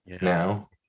now